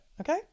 okay